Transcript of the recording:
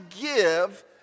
give